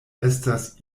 estas